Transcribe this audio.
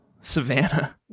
Savannah